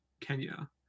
Kenya